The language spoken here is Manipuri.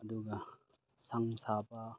ꯑꯗꯨꯒ ꯁꯪ ꯁꯥꯕ